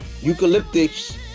eucalyptics